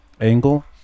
angle